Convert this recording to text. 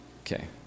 Okay